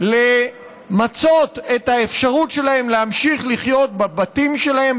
למצות את האפשרות שלהם להמשיך לחיות בבתים שלהם,